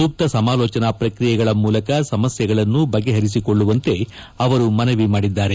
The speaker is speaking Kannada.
ಸೂಕ್ತ ಸಮಾಲೋಚನಾ ಪ್ರಕ್ರಿಯೆಗಳ ಮೂಲಕ ಸಮಸ್ಯೆಗಳನ್ನು ಬಗೆಹರಿಸಿಕೊಳ್ಳುವಂತೆ ಅವರು ಮನವಿ ಮಾಡಿದ್ದಾರೆ